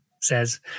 says